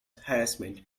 harassment